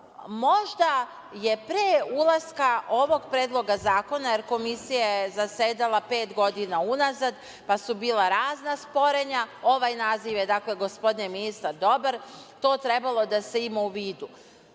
možda je pre ulaska ovog Predloga zakona, jer komisija je zasedala pet godina unazad, pa su bila razna sporenja, ovaj naziv je gospodine ministre dobar. To je trebalo da se ima u vidu. Što